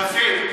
כספים.